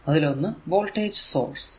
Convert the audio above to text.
അതിൽ ഒന്ന് voltage source ആണ്